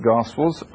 Gospels